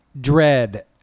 dread